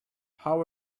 how